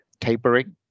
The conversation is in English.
Tapering